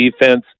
defense